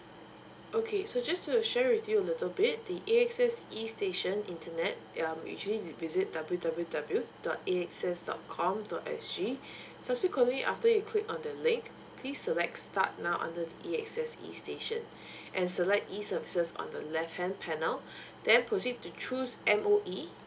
okay so just to share with you a little bit the A_X_S e station internet um you actually visit w w w dot a x s dot com dot s g subsequently after you click on the link please select start now under the A_X_S e station and select e services on the left hand panel then proceed to choose M_O_E